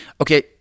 Okay